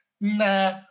nah